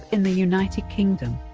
in the united kingdom.